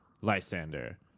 Lysander